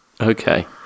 Okay